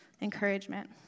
encouragement